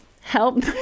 help